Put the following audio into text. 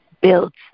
builds